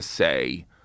say